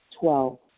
Twelve